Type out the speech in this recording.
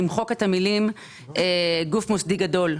למחוק את המילים "גוף מוסדי גדול".